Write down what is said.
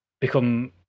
become